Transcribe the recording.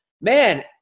man